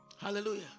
Hallelujah